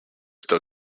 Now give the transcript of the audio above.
still